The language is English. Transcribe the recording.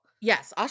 yes